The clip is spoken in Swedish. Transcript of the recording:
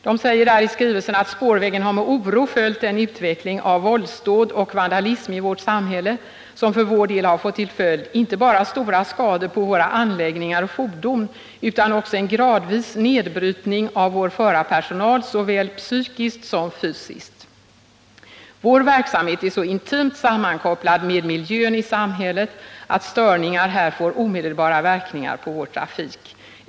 De säger i skrivelsen: Spårvägen har med oro följt den utveckling av våldsdåd och vandalism i vårt samhälle som för vår del fått till följd inte bara stora skador på våra anläggningar och fordon utan också en gradvis nedbrytning av vår förarpersonal, såväl psykiskt som fysiskt. Vår verksamhet är så intimt sammankopplad med miljön i samhället att störningar här får omedelbara verkningar på vår trafik.